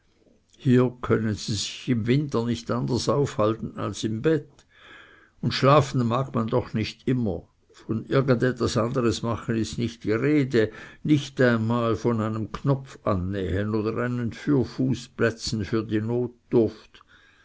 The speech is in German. hier können sie sich im winter nicht anders aufhalten als im bette und schlafen mag man doch nicht immer von irgend etwas anders machen ist nicht die rede nicht einmal von einem knopf annähen oder einem fürfuß plätzen für die